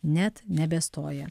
net nebestoja